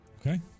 Okay